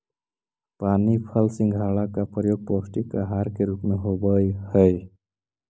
पानी फल सिंघाड़ा का प्रयोग पौष्टिक आहार के रूप में होवअ हई